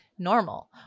normal